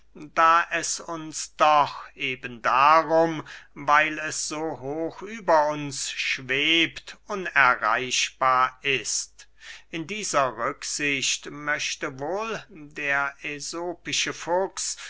da es uns doch eben darum weil es so hoch über uns schwebt unerreichbar ist in dieser rücksicht möchte wohl der äsopische fuchs